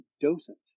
docent